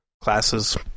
classes